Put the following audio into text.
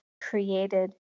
created